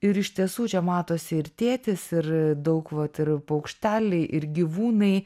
ir iš tiesų čia matosi ir tėtis ir daug vat ir paukšteliai ir gyvūnai